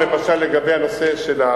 נמסרה לפרוטוקול) אדוני היושב-ראש,